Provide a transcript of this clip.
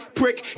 prick